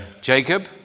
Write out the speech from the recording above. Jacob